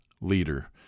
leader